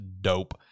dope